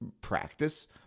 practice